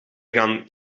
gaan